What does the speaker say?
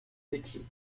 petits